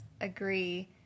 agree